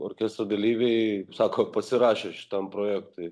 orkestro dalyviai sako pasirašė šitam projektui